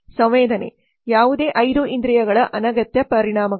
ಸಂವೇದನೆ ಯಾವುದೇ 5 ಇಂದ್ರಿಯಗಳ ಅನಗತ್ಯ ಪರಿಣಾಮಗಳು